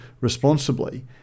responsibly